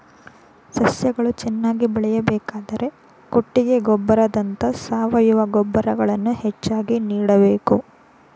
ಸಸ್ಯಗಳು ಚೆನ್ನಾಗಿ ಬೆಳೆಯಬೇಕಾದರೆ ಕೊಟ್ಟಿಗೆ ಗೊಬ್ಬರದಂತ ಸಾವಯವ ಗೊಬ್ಬರಗಳನ್ನು ಹೆಚ್ಚಾಗಿ ನೀಡಬೇಕು